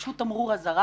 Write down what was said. פשוט תמרור אזהרה.